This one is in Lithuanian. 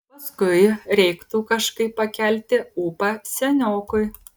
paskui reiktų kažkaip pakelti ūpą seniokui